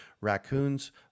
raccoons